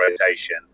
rotation